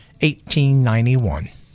1891